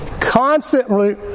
constantly